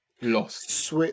Lost